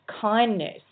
kindness